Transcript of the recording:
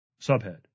Subhead